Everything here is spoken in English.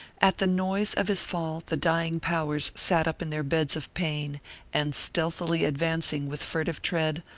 at the noise of his fall, the dying powers sat up in their beds of pain and stealthily advancing with furtive tread,